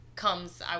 comes